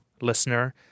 listener